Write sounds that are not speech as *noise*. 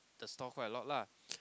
the store quite a lot lah *noise*